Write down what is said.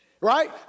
right